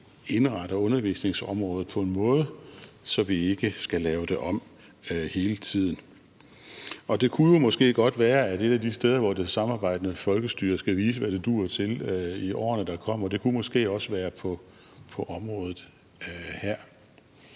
indretter undervisningsområdet på en måde, så vi ikke skal lave det om hele tiden. Det kunne jo måske godt være, at et af de steder, hvor det samarbejdende folkestyre skal vise, hvad det duer til, i årene, der kommer, også kunne være på området her.